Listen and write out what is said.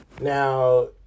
Now